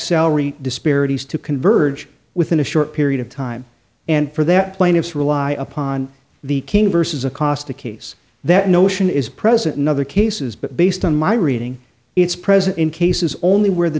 salary disparities to converge within a short period of time and for that plaintiffs rely upon the king versus acosta case that notion is present in other cases but based on my reading it's present in cases only where the